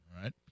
right